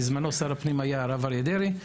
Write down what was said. בזמנו שר הפנים היה הרב אריה דרעי,